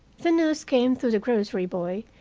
the news came through the grocery boy,